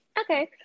okay